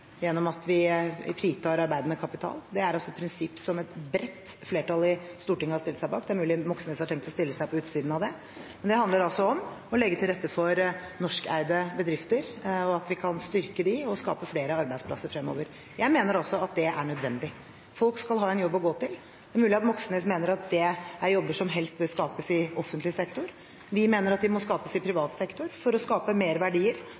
at vi fritar arbeidende kapital. Det er et prinsipp som et bredt flertall i Stortinget har stilt seg bak – det er mulig Moxnes har tenkt å stille seg på utsiden av det. Det handler altså om å legge til rette for og styrke norskeide bedrifter og skape flere arbeidsplasser fremover. Jeg mener at det er nødvendig. Folk skal ha en jobb å gå til. Det er mulig at Moxnes mener at det er jobber som helst bør skapes i offentlig sektor. Vi mener at de må skapes i privat sektor, for å skape mer verdier,